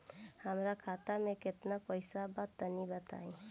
हमरा खाता मे केतना पईसा बा तनि बताईं?